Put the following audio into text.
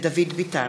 יואב בן צור,